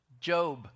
Job